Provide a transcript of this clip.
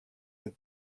that